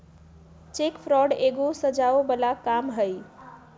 cheque fraud एगो सजाओ बला काम हई